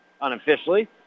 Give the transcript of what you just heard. unofficially